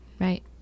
right